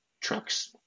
trucks